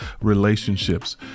relationships